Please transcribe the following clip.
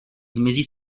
zmizí